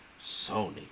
Sony